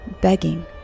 begging